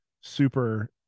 super